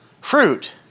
Fruit